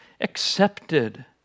accepted